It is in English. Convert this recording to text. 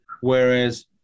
whereas